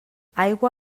aigua